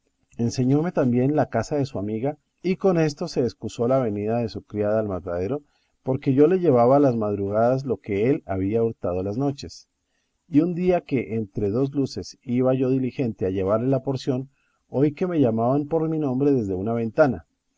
enseñóme también la casa de su amiga y con esto se escusó la venida de su criada al matadero porque yo le llevaba las madrugadas lo que él había hurtado las noches y un día que entre dos luces iba yo diligente a llevarle la porción oí que me llamaban por mi nombre desde una ventana